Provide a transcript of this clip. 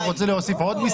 אתה רוצה להוסיף עוד מיסים?